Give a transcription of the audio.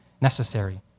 necessary